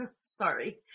Sorry